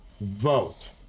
vote